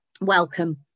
welcome